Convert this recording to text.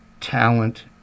talent